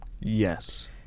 Yes